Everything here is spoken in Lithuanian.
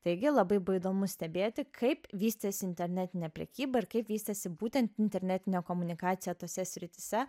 taigi labai įdomu stebėti kaip vystėsi internetinė prekyba ir kaip vystėsi būtent internetinė komunikacija tose srityse